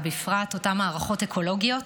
ובפרט אותן מערכות אקולוגיות,